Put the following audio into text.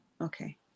Okay